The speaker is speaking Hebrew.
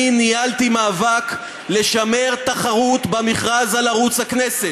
אני ניהלתי מאבק לשמר תחרות במכרז על ערוץ הכנסת.